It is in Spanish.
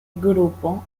grupo